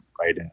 Right